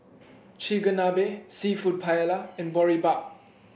Chigenabe seafood Paella and Boribap